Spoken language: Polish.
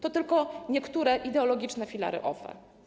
To tylko niektóre ideologiczne filary OFE.